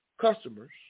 customers